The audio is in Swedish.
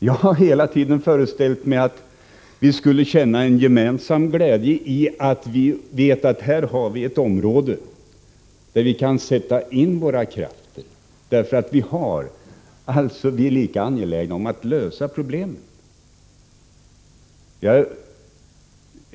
Jag har hela tiden föreställt mig att vi skulle känna en gemensam glädje i att vi vet att vi här har ett område där vi kan sätta in våra krafter därför att vi är lika angelägna om att lösa problemet.